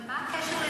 אבל מה הקשר לזה,